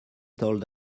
told